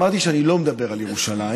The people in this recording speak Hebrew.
אמרתי שאני לא מדבר על ירושלים,